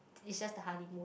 it's just a honeymoon